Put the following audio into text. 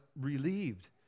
relieved